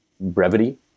brevity